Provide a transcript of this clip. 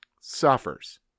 suffers